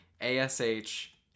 A-S-H